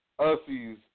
ussies